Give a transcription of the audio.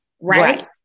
Right